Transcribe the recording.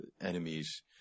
enemies